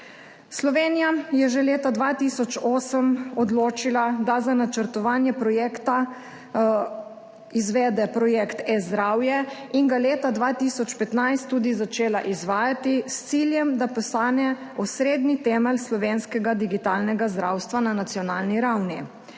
Slovenija je že leta 2008 odločila, da za načrtovanje projekta izvede projekt E-zdravje in ga leta 2015 tudi začela izvajati, s ciljem, da postane osrednji temelj slovenskega digitalnega zdravstva na nacionalni ravni.